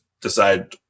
decide